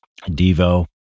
Devo